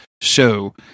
show –